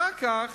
אחר כך